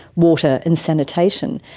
water and sanitation.